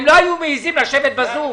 הם לא היו מעיזים לשבת בזום.